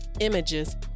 images